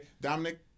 Dominic